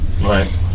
Right